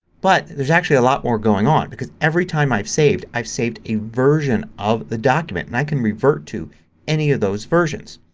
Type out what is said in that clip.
but there's actually a lot more going on because every time i saved, i saved a version of the document and i can revert to any of those versions.